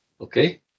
okay